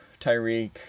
Tyreek